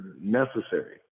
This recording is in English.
necessary